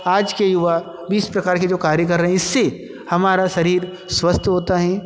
आज के युवा भी इस प्रकार के जो कार्य कर रहे हैं इससे हमारा शरीर स्वस्थ होता है